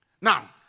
Now